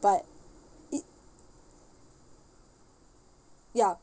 but it ya